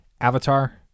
Avatar